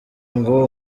ngo